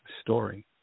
story